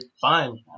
fine